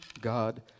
God